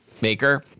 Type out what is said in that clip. maker